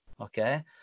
okay